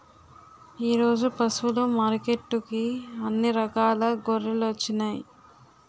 ఈరోజు పశువులు మార్కెట్టుకి అన్ని రకాల గొర్రెలొచ్చినాయ్